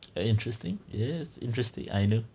ah interesting yes interesting I know